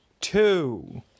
two